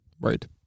Right